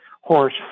horse